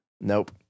Nope